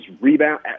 rebound